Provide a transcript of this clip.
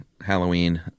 Halloween